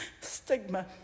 stigma